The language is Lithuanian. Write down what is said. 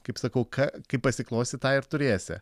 kaip sakau ką kaip pasiklosi tą ir turėsi